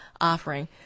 offering